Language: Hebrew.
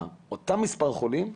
אותם מספר חולים,